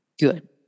Good